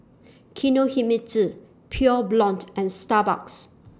Kinohimitsu Pure Blonde and Starbucks